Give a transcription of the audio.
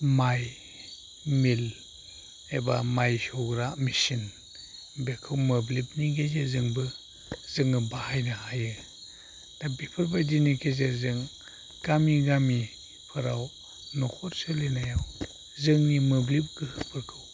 माइ मिल एबा माइ सौग्रा मेसिन बेखौ मोब्लिबनि गेजेरजोंबो जोङो बाहायनो हायो दा बेफोरबायदिनि गेजेरजों गामि गामिफोराव न'खर सोलिनायाव जोंनि मोब्लिब गोहोफोरखौ